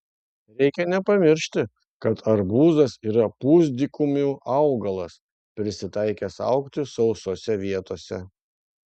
reikia nepamiršti kad arbūzas yra pusdykumių augalas prisitaikęs augti sausose vietose